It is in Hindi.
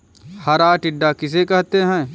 हरा टिड्डा किसे कहते हैं?